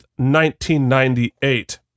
1998